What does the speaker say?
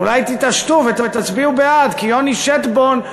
אולי תתעשתו ותצביעו בעד, כי יוני שטבון,